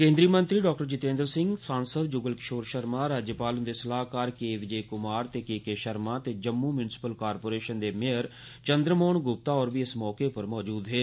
केंद्री राज्य मंत्री डॉ जितेंद्र सिंह सांसद जुगल किशोर शर्मा राज्यपाल हुंदे सलाहकार के विजय कुमा ते के के शर्मा ते जम्मू म्युनिसिपल कारपोरेशन दे मेयर चंद्रमोहन गुप्ता होर बी इस मौके पर मौजूद हे